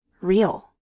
real